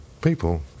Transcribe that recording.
people